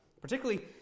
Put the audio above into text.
Particularly